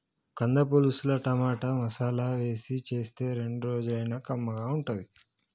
కంద పులుసుల టమాటా, మసాలా వేసి చేస్తే రెండు రోజులైనా కమ్మగా ఉంటది